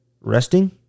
Resting